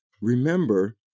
remember